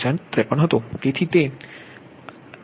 6153 હતો તેથી તે 0